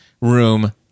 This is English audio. room